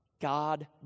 God